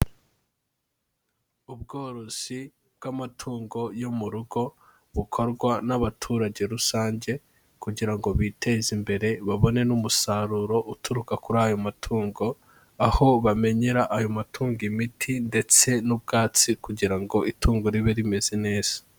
Ubworozi bw'amatungo yo mu rugo bukorwa n'abaturage rusange kugira ngo biteze imbere babone n'umusaruro uturuka kuri ayo matungo, aho bamenyera ayo matungo imiti ndetse n'ubwatsi kugira ngo itungo ribe rimeze neza.